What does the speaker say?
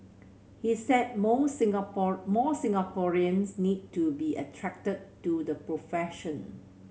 he said more more Singaporeans need to be attracted to the profession